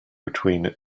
between